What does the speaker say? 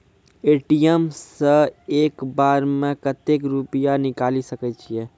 ATM सऽ एक बार म कत्तेक रुपिया निकालि सकै छियै?